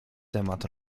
temat